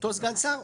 אותו סגן שר,